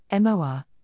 MOR